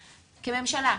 כממשלה,